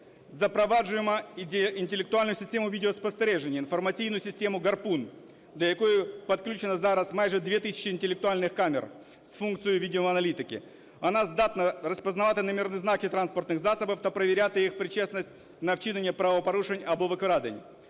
Запроваджуємо ідею інтелектуальну систему відеоспостереження, інформаційну систему "Гарпун", до якої підключено зараз майже 2 тисячі інтелектуальних камер з функцією відеоаналітики. Вона здатна розпізнавати номерні знаки транспортних засобів та перевіряти їх причетність на вчиненні правопорушень або викрадень.